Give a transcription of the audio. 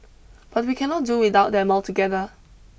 but we cannot do without them altogether